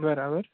બરાબર